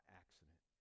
accident